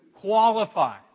qualify